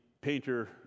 painter